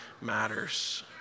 matters